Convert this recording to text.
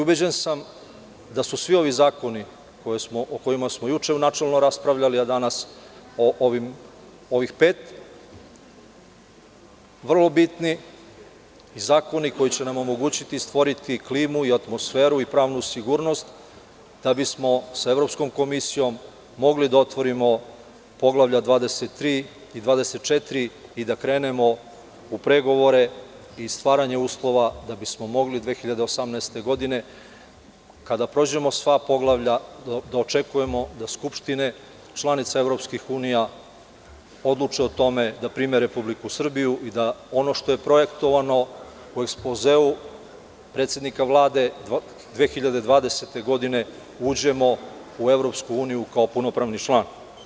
Ubeđen sam da su svi ovi zakoni o kojima smo juče u načelu raspravljali, a danas o ovih pet, vrlo bitni zakoni koji će nam omogućiti i stvoriti klimu, atmosferu i pravnu sigurnost da bismo sa Evropskom komisijom mogli da otvorimo poglavlja 23. i 24. i da krenemo u pregovore i stvaranje uslova da bismo mogli 2018. godine, kada prođemo sva poglavlja, da očekujemo da skupštine članice EU odluče o tome da prime Republiku Srbiju i da, ono što je projektovano u ekspozeu predsednika Vlade, 2020. godine uđemo u EU kao punopravni član.